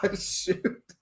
shoot